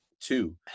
Two